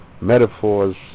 metaphors